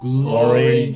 Glory